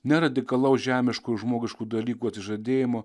ne radikalaus žemiškų ir žmogiškų dalykų atsižadėjimo